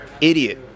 Idiot